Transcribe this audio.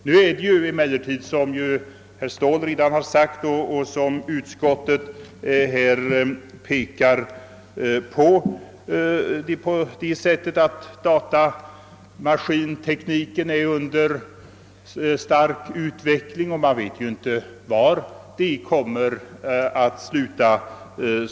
Nu är det emellertid på det sättet — som herr Ståhl redan sagt och som utskottsmajoriteten framhåller — att datamaskintekniken är under stark utveckling och att man inte vet vart det kommer att leda.